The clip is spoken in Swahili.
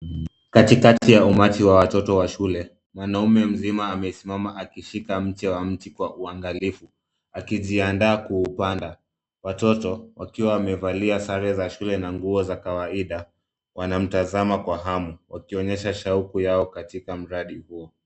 Katikati ya umati wa watoto wa shule, mwanaume mzima amesimama akishika mche wa mti kwa uangalifu, akijiandaa kuupanda. Watoto wakiwa wamevalia sare za shule na nguo za kawaida, wanamtazama kwa hamu, wakionyesha shauku yao katika mradi huo.